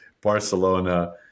Barcelona